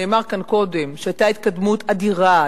נאמר כאן קודם שהיתה התקדמות אדירה,